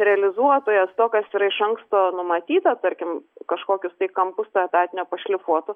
realizuotojas to kas yra iš anksto numatyta tarkim kažkokius tai kampus to etatinio pašlifuotų